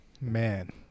Man